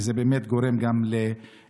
וזה באמת גורם גם למחלות.